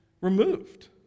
removed